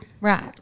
Right